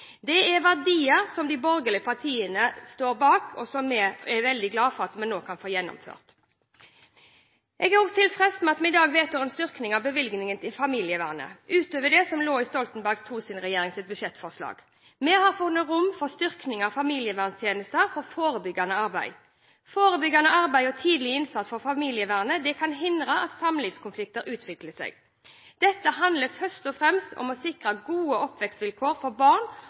Det er verdier som de borgerlige partiene står bak, og som vi er veldig glad for at vi nå kan få gjennomført. Jeg er også tilfreds med at vi i dag vedtar en styrking av bevilgningen til familievernet utover det som lå i Stoltenberg II-regjeringens budsjettforslag. Vi har funnet rom for en styrking av familieverntjenestenes forebyggende arbeid. Forebyggende arbeid og tidlig innsats fra familievernet kan hindre at samlivskonflikter utvikler seg. Dette handler først og fremst om å sikre gode oppvekstvilkår for barn,